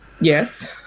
Yes